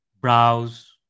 browse